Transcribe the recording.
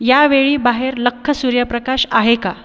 या वेळी बाहेर लख्ख सूर्यप्रकाश आहे का